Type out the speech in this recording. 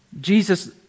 Jesus